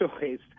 choice